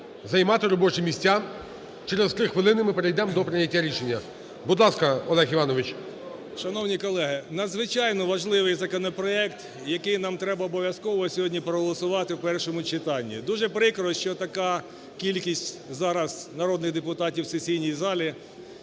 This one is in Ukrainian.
займати робочі місця, через 3 хвилини ми перейдемо до прийняття рішення. Будь ласка, Олег Іванович. 16:26:15 КУЛІНІЧ О.І. Шановні колеги, надзвичайно важливий законопроект, який нам треба обов'язково сьогодні проголосувати в першому читанні. Дуже прикро, що така кількість зараз народних депутатів в сесійній залі,